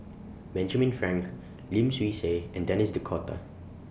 Benjamin Frank Lim Swee Say and Denis D'Cotta